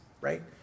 right